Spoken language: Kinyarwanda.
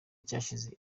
cyashize